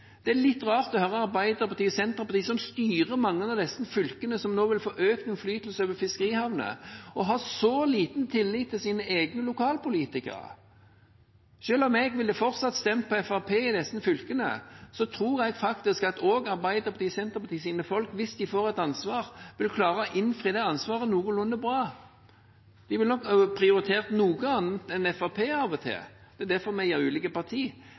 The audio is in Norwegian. Det er litt rart å høre Arbeiderpartiet og Senterpartiet, som styrer mange av disse fylkene som nå vil få økt innflytelse over fiskerihavner, ha så liten tillit til sine egne lokalpolitikere. Selv om jeg fortsatt ville stemt på Fremskrittspartiet i disse fylkene, tror jeg faktisk at også Arbeiderpartiet og Senterpartiet sine folk, hvis de får et ansvar, ville klare å innfri det ansvaret noenlunde bra. De ville nok prioritert noe annet enn Fremskrittspartiet av og til, det er derfor vi er ulike